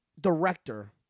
director